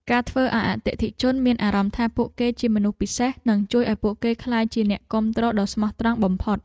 ការធ្វើឱ្យអតិថិជនមានអារម្មណ៍ថាពួកគេជាមនុស្សពិសេសនឹងជួយឱ្យពួកគេក្លាយជាអ្នកគាំទ្រដ៏ស្មោះត្រង់បំផុត។